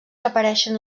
apareixen